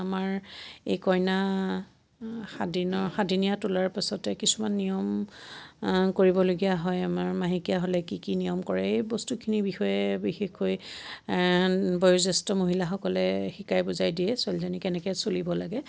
আমাৰ এই কইনা সাতদিনৰ সাদিনীয়া তোলাৰ পাছতে কিছুমান নিয়ম কৰিবলগীয়া হয় আমাৰ মাহেকীয়া হ'লে কি কি নিয়ম কৰে এই বস্তুখিনিৰ বিষয়ে বিশেষকৈ বয়োজ্যেষ্ঠ মহিলাসকলে শিকাই বুজাই দিয়ে ছোৱালীজনী কেনেকৈ চলিব লাগে